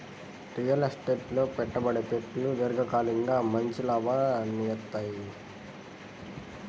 real estate లో పెట్టే పెట్టుబడులు దీర్ఘకాలికంగా మంచి లాభాలనిత్తయ్యి